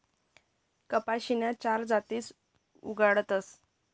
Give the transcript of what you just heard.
कपाशीन्या चार जाती उगाडतस